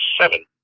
seven